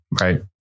Right